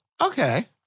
Okay